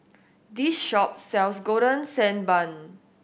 this shop sells Golden Sand Bun